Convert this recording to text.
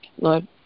Lord